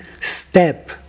step